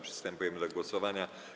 Przystępujemy do głosowania.